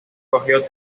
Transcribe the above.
cogió